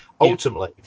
Ultimately